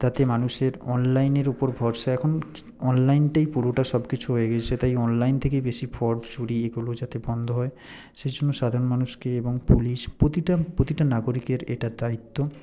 তাতে মানুষের অনলাইনের উপর ভরসা এখন অনলাইনটাই পুরোটা সবকিছু হয়ে গিয়েছে তাই অনলাইন থেকেই বেশি ফ্রড চুরি এগুলো যাতে বন্ধ হয় সে জন্য সাধারণ মানুষকে এবং পুলিশ প্রতিটা প্রতিটা নাগরিকের এটা দায়িত্ব